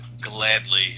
gladly